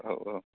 औ औ